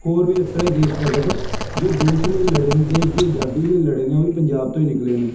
ਹੋਰ ਵੀ ਇਸ ਤਰ੍ਹਾਂ ਹੀ ਦੇਸ਼ ਭਗਤ ਜੋ ਦੇਸ਼ ਲਈ ਲੜੇ ਨੇ ਦੇਸ਼ ਦੀ ਆਜ਼ਾਦੀ ਲਈ ਲੜੇ ਨੇ ਉਹ ਵੀ ਪੰਜਾਬ ਤੋਂ ਹੀ ਨਿਕਲੇ ਨੇ